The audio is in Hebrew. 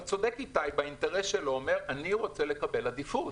אבל איתי צודק מבחינת האינטרס שלו כשהוא אומר שהוא רוצה לקבל עדיפות.